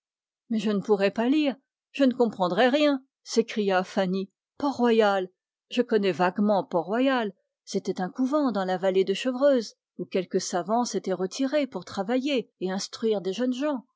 mais je ne pourrai pas lire je ne comprendrai rien s'écria fanny port-royal je connais vaguement portroyal c'était un couvent dans la vallée de chevreuse où quelques savants s'étaient retirés pour travailler et instruire des jeunes gens